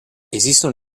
esistono